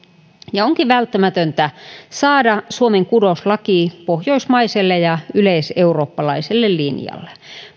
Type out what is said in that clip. onkin välttämätöntä saada suomen kudoslaki pohjoismaiselle ja yleiseurooppalaiselle linjalle